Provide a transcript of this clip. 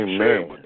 Amen